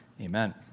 amen